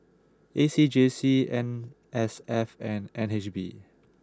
A C J C N S F and N H B